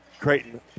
Creighton